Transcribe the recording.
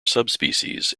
subspecies